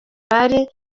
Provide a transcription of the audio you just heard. bari